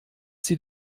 sie